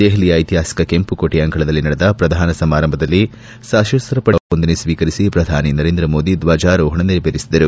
ದೆಹಲಿಯ ಐತಿಹಾಸಿಕ ಕೆಂಪುಕೋಟೆಯ ಅಂಗಳದಲ್ಲಿ ನಡೆದ ಪ್ರಧಾನ ಸಮಾರಂಭದಲ್ಲಿ ಸಶಸ್ತಪಡೆಗಳಿಂದ ಗೌರವ ವಂದನೆ ಸ್ವೀಕರಿಸಿ ಪ್ರಧಾನಿ ನರೇಂದ್ರ ಮೋದಿ ಧ್ವಜಾರೋಹಣವನ್ನು ನೆರವೇರಿಸಿದರು